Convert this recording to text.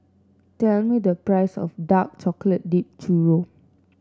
tell me the price of Dark Chocolate Dipped Churro